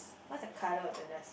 what the colour of the desk